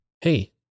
Hey